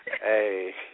Hey